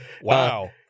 Wow